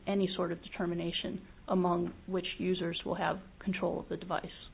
any sort of determination among which users will have control of the device